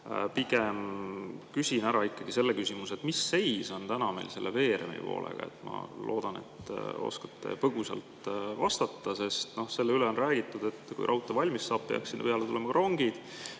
Pigem küsin ära ikkagi selle küsimuse, mis seis on meil selle veeremipoolega. Ma loodan, et oskate põgusalt vastata. Sellest on räägitud, et kui raudtee valmis saab, peaksid selle peale tulema ka rongid,